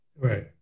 Right